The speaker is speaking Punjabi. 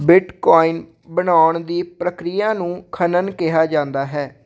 ਬਿਟਕੋਇਨ ਬਣਾਉਣ ਦੀ ਪ੍ਰਕਿਰਿਆ ਨੂੰ ਖਨਨ ਕਿਹਾ ਜਾਂਦਾ ਹੈ